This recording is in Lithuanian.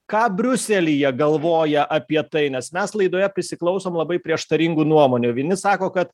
ką briuselyje galvoja apie tai nes mes laidoje prisiklausom labai prieštaringų nuomonių vieni sako kad